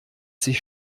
sich